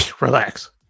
relax